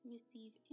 receive